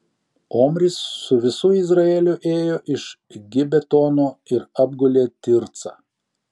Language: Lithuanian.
omris su visu izraeliu ėjo iš gibetono ir apgulė tircą